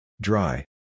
Dry